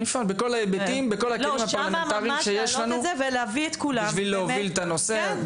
אנחנו נפעיל את כל הכלים הפרלמנטריים שיש לנו כי להעלות את זה.